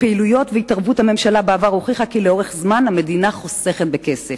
פעילויות הממשלה והתערבותה בעבר הוכיחו כי לאורך זמן המדינה חוסכת כסף.